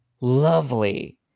lovely